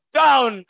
down